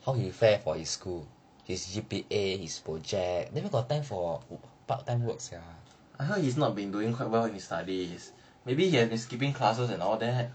I heard he's not been doing quite well in his studies maybe he has been skipping classes and all that